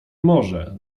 może